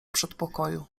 przedpokoju